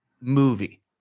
movie